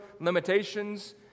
limitations